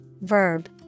verb